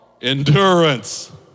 Endurance